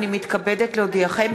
הנני מתכבדת להודיעכם,